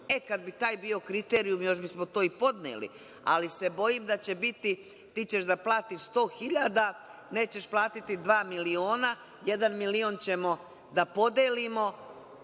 E, kad bi taj bio kriterijum, još bismo to i podneli, ali se bojim da će biti – ti ćeš da platiš 100 hiljada, nećeš platiti dva miliona, jedan milion ćemo da podelimo,